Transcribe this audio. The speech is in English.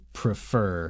prefer